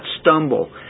stumble